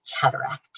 cataract